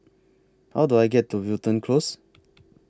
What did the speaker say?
How Do I get to Wilton Close